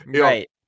right